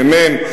מ"מ,